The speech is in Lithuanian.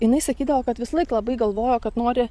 jinai sakydavo kad visąlaik labai galvojo kad nori